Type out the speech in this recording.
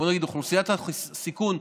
בואו נגיד אוכלוסיית הסיכון,